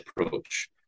approach